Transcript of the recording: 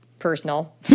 Personal